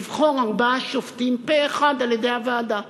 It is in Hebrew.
לבחור ארבעה שופטים פה אחד על-ידי הוועדה.